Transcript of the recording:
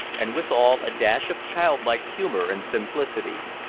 and, withal, a dash of child-like humour and simplicity.